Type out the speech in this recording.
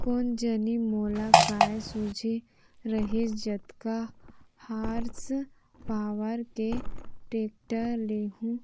कोन जनी मोला काय सूझे रहिस जतका हार्स पॉवर के टेक्टर लेहूँ